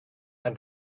and